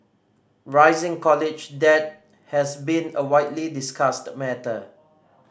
rising college debt has been a widely discussed matter